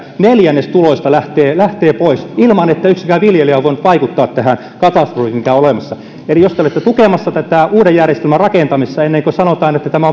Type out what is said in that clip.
neljännes tuloista lähtee lähtee pois ilman että yksikään viljelijä on voinut vaikuttaa tähän katastrofiin mikä on olemassa eli jos te olette tukemassa tätä uuden järjestelmän rakentamista ennen kuin sanotaan että tämä